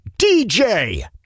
DJ